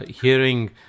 hearing